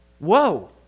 Whoa